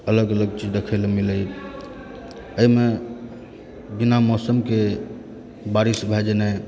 अलग अलग चीज देखैला मिलैया एहिमे बिना मौसमके बारिश भए जेनाय